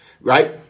right